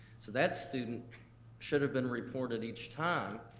so that student should have been reported each time,